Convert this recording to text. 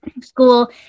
school